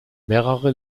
mehrere